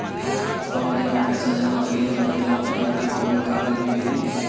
हम जवन पैसा जमा कइले हई त ओकर हमके कौनो कागज भी मिली?